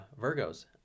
Virgos